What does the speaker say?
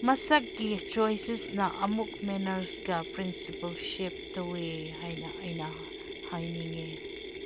ꯃꯁꯥꯒꯤ ꯆꯣꯏꯁꯦꯁꯅ ꯑꯃꯨꯛ ꯃꯦꯅꯔꯁꯒ ꯄ꯭ꯔꯤꯟꯁꯤꯄꯜ ꯁꯦꯞ ꯇꯧꯋꯦ ꯍꯥꯏꯅ ꯑꯩꯅ ꯍꯥꯏꯅꯤꯡꯉꯦ